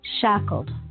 shackled